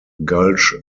gulch